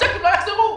הצ'קים לא יחזרו.